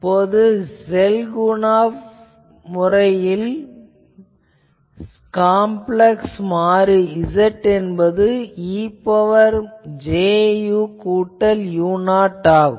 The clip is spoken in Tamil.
இப்போது ஷெல்குனாஃப் வரையறையில் காம்ப்ளக்ஸ் மாறி Z என்பது e ன் பவர் j u கூட்டல் u0 ஆகும்